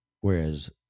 whereas